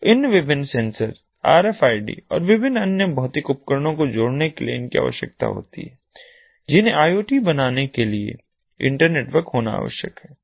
तो इन विभिन्न सेंसर RFID और विभिन्न अन्य भौतिक उपकरणों को जोड़ने के लिए इनकी आवश्यकता होती है जिन्हें आई ओ टी बनाने के लिए इंटरनेटवर्क होना आवश्यक है